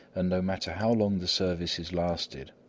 and no matter how long the services lasted,